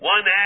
One